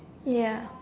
ya